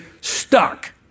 stuck